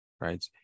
right